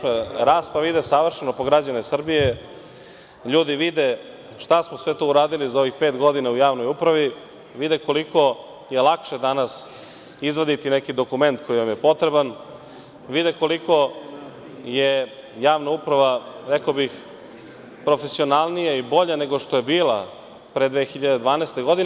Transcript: Tačno je, rasprava ide savršeno po građane Srbije, ljudi vide šta smo sve to uradili za ovih pet godina u javnoj upravi, vide koliko je lakše danas izvaditi neki dokument koji vam je potreban, vide koliko je javna uprava, rekao bih, profesionalnija i bolja nego što je bila pre 2012. godine.